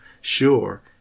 Sure